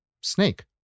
snake